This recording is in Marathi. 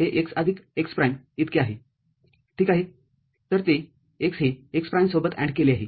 तर Fxy हे x आदिक x प्राईमइतके आहेठीक आहेतर ते x हे x प्राईमसोबत AND केले आहे